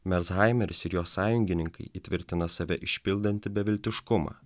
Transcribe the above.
mershaimeris ir jo sąjungininkai įtvirtina save išpildantį beviltiškumą